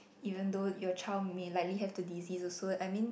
even though your child may likely have the disease also I mean